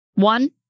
One